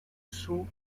sous